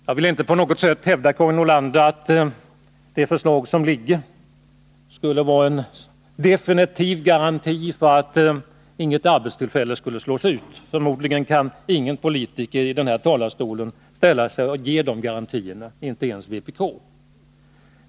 Jag vill inte på något sätt hävda, Karin Nordlander, att det förslag som föreligger skulle innebära en definitiv garanti för att inget arbetstillfälle skulle slås ut. Förmodligen kan ingen politiker ställa sig i den här talarstolen och ge sådana garantier — inte ens någon från vpk.